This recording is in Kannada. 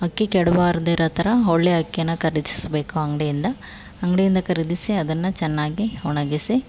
ಅಕ್ಕಿ ಕೆಡಬಾರ್ದಿರೊ ಥರ ಒಳ್ಳೆಯ ಅಕ್ಕಿಯ ಖರೀದಿಸ್ಬೇಕು ಅಂಗಡಿಯಿಂದ ಅಂಗಡಿಯಿಂದ ಖರೀದಿಸಿ ಅದನ್ನು ಚೆನ್ನಾಗಿ ಒಣಗಿಸಿ